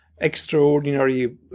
extraordinary